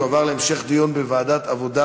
תועבר להמשך דיון בוועדת העבודה,